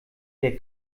der